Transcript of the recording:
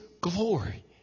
glory